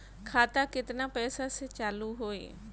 खाता केतना पैसा से चालु होई?